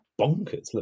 bonkers